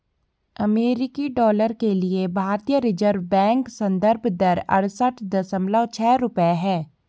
अमेरिकी डॉलर के लिए भारतीय रिज़र्व बैंक संदर्भ दर अड़सठ दशमलव छह रुपये है